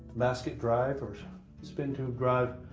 basket drive or spin tube drive